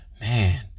man